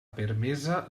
permesa